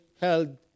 held